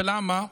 ולמה?